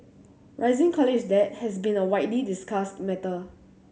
rising college debt has been a widely discussed matter